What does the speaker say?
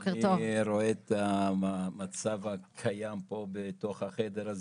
אני רואה את המצב הקיים פה בתוך החדר הזה.